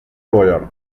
loyal